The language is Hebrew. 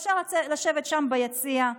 אפשר לשבת שם ביציע,